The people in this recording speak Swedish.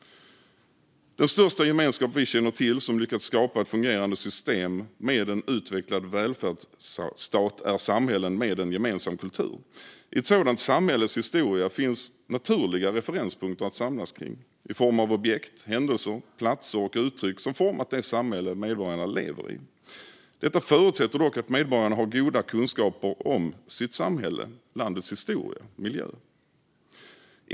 Den största gemenskap vi känner till som lyckats skapa ett fungerande system med en utvecklad välfärdsstat är samhällen med en gemensam kultur. I ett sådant samhälles historia finns naturliga referenspunkter att samlas kring i form av objekt, händelser, platser och uttryck som format det samhälle medborgarna lever i. Detta förutsätter dock att medborgarna har goda kunskaper om sitt samhälle och landets historia och miljö.